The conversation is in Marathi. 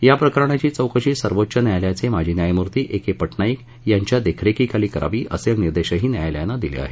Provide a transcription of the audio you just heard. या प्रकरणाची चौकशी सर्वोच्च न्यायालयाचे माजी न्यायमूर्ती ए के पटनाईक यांच्या देखरेखीखाली करावी असे निर्देशही न्यायालयानं दिले आहेत